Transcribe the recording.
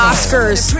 Oscars